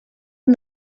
and